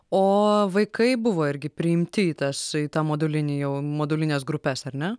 o vaikai buvo irgi priimti į tas į tą modulinį jau modulines grupes ar ne